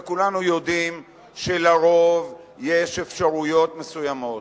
וכולנו יודעים שלרוב יש אפשרויות מסוימות.